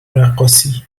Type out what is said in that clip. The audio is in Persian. رقاصی